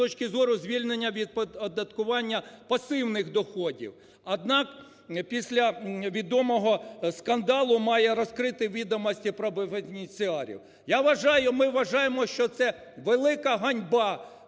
з точки зору звільнення від оподаткування пасивних доходів. Однак після відомого скандалу має розкрити відомості про бенефіціарів. Я вважаю, ми вважаємо, що це велика ганьба,